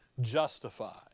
justified